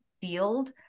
field